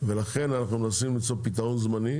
לכן אנחנו מנסים למצוא פתרון זמני.